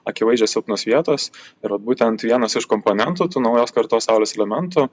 akivaizdžios silpnos vietos yra vat būtent vienas iš komponentų tų naujos kartos saulės elementų